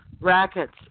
Rackets